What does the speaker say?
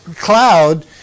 cloud